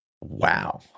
Wow